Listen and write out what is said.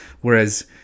Whereas